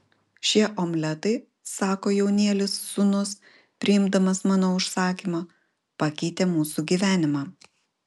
šie omletai sako jaunėlis sūnus priimdamas mano užsakymą pakeitė mūsų gyvenimą